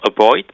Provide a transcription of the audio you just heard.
avoid